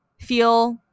feel